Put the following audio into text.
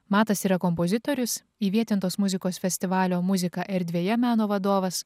matas yra kompozitorius įvietintos muzikos festivalio muzika erdvėj meno vadovas